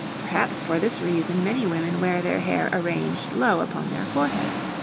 perhaps for this reason many women wear their hair arranged low upon their foreheads.